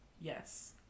Yes